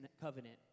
covenant